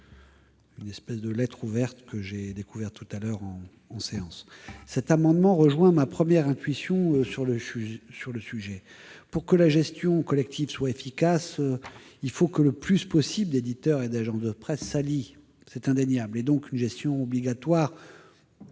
une sorte de lettre ouverte que j'ai découverte tout à l'heure en séance. L'objet de cet amendement rejoint ma première intuition sur le sujet : pour que la gestion collective soit efficace, il faut que le plus grand nombre possible d'éditeurs et d'agences de presse s'allient, c'est indéniable. Une gestion collective